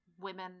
Women